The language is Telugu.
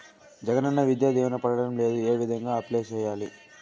జగనన్న విద్యా దీవెన పడడం లేదు ఏ విధంగా అప్లై సేయాలి